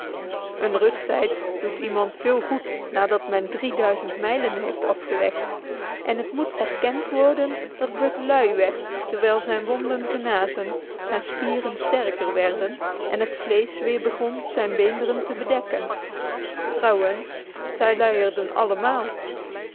een rusttijd doet iemand veel goed nadat men drie duizend mijlen heeft afgelegd en het moet erkend worden dat buck lui werd terwijl zijn wonden genazen zijn spieren sterker werden en het vlees weer begon zijn beenderen te bedekken trouwens zij luierden allemaal